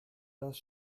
das